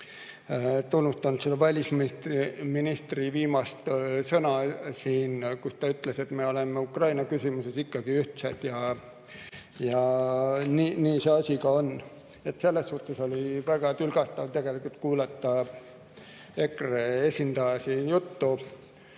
tunnustan välisministri viimast sõnavõttu, kus ta ütles, et me oleme Ukraina küsimuses ikkagi ühtsed, ja nii see asi ka on. Selles suhtes oli väga tülgastav kuulata EKRE esindaja juttu.